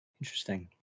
Interesting